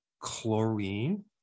chlorine